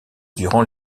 durant